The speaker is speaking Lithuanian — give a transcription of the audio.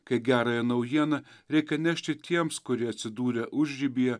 kai gerąją naujieną reikia nešti tiems kurie atsidūrė užribyje